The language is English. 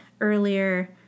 earlier